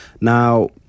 now